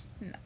No